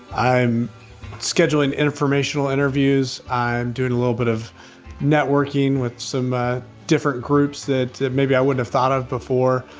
i'm scheduling informational interviews. i'm doing a little bit of networking with some ah different groups that maybe i wouldn't thought of before.